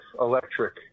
Electric